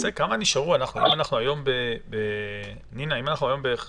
כהן קרן איתנו בזום, היא יכולה להתייחס.